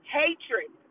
hatred